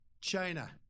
China